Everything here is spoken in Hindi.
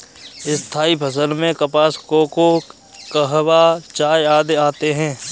स्थायी फसल में कपास, कोको, कहवा, चाय आदि आते हैं